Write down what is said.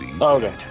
Okay